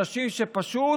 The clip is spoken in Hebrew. אנשים שפשוט